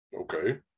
Okay